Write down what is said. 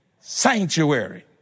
sanctuary